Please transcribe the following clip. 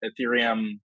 Ethereum